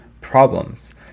problems